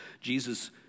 Jesus